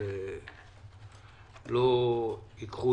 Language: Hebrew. זה לא מובן